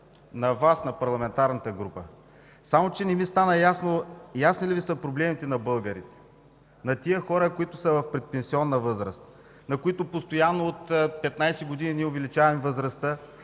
на Вас, на парламентарната група, само че ни ми стана ясно ясни ли са Ви проблемите на българите, на тези хора, които са в предпенсионна възраст, на които постоянно, от 15 години увеличаваме възрастта.